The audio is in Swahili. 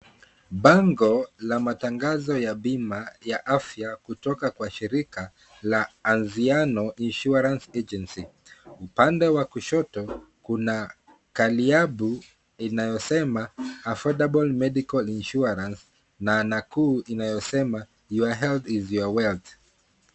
Bango la matangazo ya bima ya afya ya kutoka kwa shirika la ANZIANO INSURANCE AGENCY. Upande wa kushoto kuna kaliabu inatosema AFFORDABLE MEDICAL INSURANCE na nakuu inayosema Your health is your wealth.